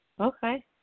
Okay